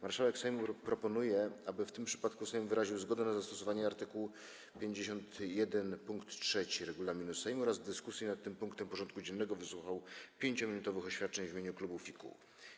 Marszałek Sejmu proponuje, aby w tym przypadku Sejm wyraził zgodę na zastosowanie art. 51 pkt 3 regulaminu Sejmu oraz w dyskusji nad tym punktem porządku dziennego wysłuchał 5-minutowych oświadczeń w imieniu klubów i kół.